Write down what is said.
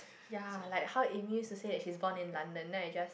ya like how Amy used to say that she's born in London then I just